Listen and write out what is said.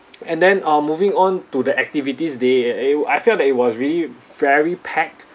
and then uh moving on to the activities day uh I felt that it was really very packed